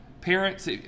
Parents